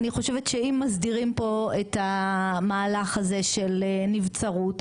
אני חושבת שאם מסדירים פה את המהלך הזה של נבצרות,